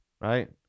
right